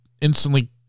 instantly